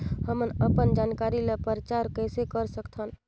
हमन अपन जानकारी ल प्रचार कइसे कर सकथन?